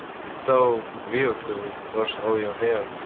so weird to wash all your hair.